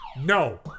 No